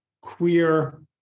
queer